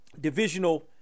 divisional